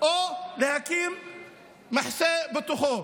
או להקים מחסה בתוכו.